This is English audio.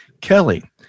Kelly